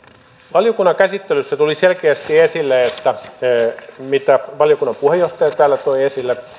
valiokunnan käsittelyssä tuli selkeästi esille mitä valiokunnan puheenjohtaja täällä toi esille